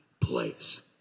place